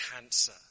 cancer